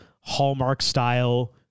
Hallmark-style